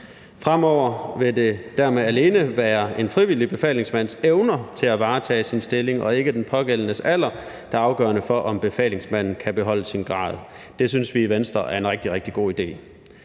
Fremover vil det dermed alene være en frivillig befalingmands evner til at varetage sin stilling og ikke den pågældendes alder, der er afgørende for, om befalingsmanden kan beholde sin grad. Det synes vi i Venstre er en rigtig, rigtig